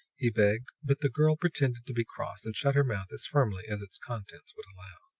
he begged but the girl pretended to be cross, and shut her mouth as firmly as its contents would allow.